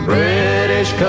British